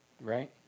Right